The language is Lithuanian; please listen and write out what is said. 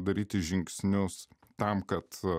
daryti žingsnius tam kad